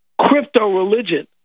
crypto-religion